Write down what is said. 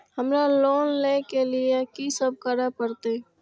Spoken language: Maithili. हमरा लोन ले के लिए की सब करे परते?